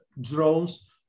drones